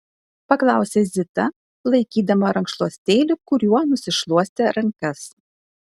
paklausė zita laikydama rankšluostėlį kuriuo nusišluostė rankas